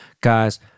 guys